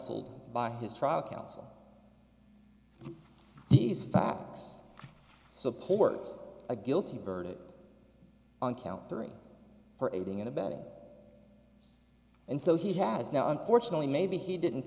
counseled by his trial counsel these facts support a guilty verdict on count three for aiding and abetting and so he has now unfortunately maybe he didn't